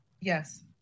Yes